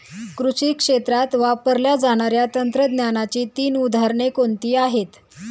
कृषी क्षेत्रात वापरल्या जाणाऱ्या तंत्रज्ञानाची तीन उदाहरणे कोणती आहेत?